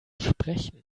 sprechen